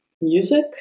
music